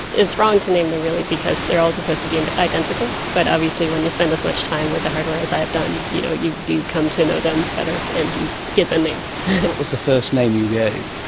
it's wrong to name them really because they are all supposed to be and identical, but obviously when you spend as much time with the hardware as i've done, you know you you come to know them better and you give them names. what was the first name you gave?